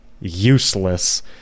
useless